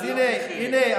אז הינה,